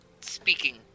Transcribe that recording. speaking